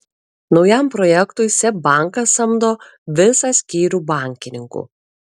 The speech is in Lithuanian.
naujam projektui seb bankas samdo visą skyrių bankininkų